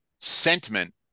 sentiment